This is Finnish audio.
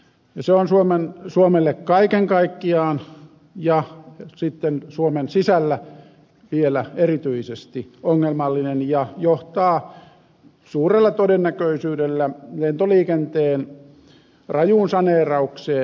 se on suomelle kaiken kaikkiaan ja sitten suomen sisällä vielä erityisesti ongelmallinen ja johtaa suurella todennäköisyydellä lentoliikenteen rajuun saneeraukseen